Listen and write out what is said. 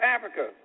Africa